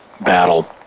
battle